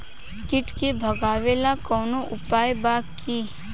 कीट के भगावेला कवनो उपाय बा की?